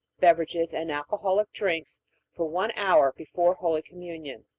beverages, and alcoholic drinks for one hour before holy communion.